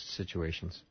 situations